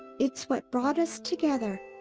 it's what brought us together.